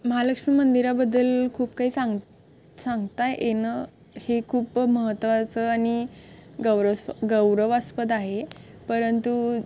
महालक्ष्मी मंदिराबद्दल खूप काही सांग सांगता येणं हे खूप महत्त्वाचं आणि गौरस्व गौरवास्पद आहे परंतु